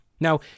Now